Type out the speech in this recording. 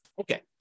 okay